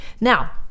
Now